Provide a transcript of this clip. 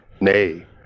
Nay